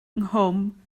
nghwm